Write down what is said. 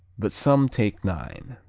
but some take nine.